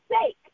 sake